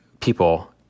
people